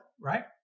right